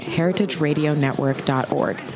heritageradionetwork.org